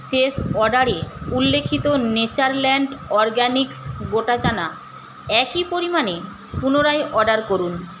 শেষ অর্ডারে উল্লিখিত নেচারল্যান্ড অরগ্যানিক্স গোটা চানা একই পরিমাণে পুনরায় অর্ডার করুন